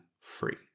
free